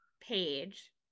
page